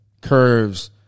Curves